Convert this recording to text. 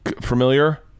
familiar